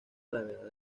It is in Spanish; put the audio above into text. gravedad